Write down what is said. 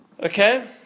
Okay